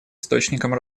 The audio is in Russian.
источником